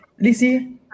Lizzie